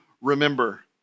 remember